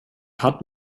hat